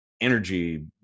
energy